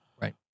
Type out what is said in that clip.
right